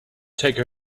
take